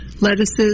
lettuces